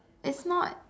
it's not